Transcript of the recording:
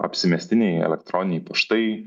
apsimestiniai elektroniniai paštai